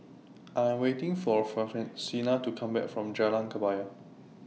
I Am waiting For to Come Back from Jalan Kebaya